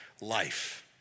life